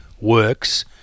works